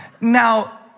Now